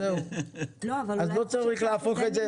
לא צריך להפוך את זה --- לא,